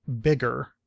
bigger